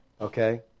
Okay